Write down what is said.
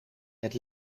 het